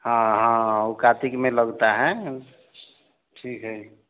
हाँ हाँ वह कातिक में लगता है ठीक है